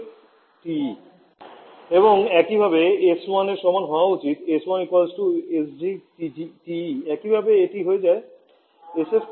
TE এবং একইভাবে S 1 এর সমান হওয়া উচিত s1 sg একইভাবে এটি এখন হয়ে যায় sfg